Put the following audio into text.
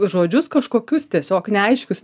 žodžius kažkokius tiesiog neaiškius